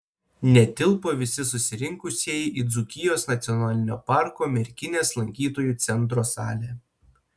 netilpo visi susirinkusieji į dzūkijos nacionalinio parko merkinės lankytojų centro salę